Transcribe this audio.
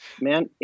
man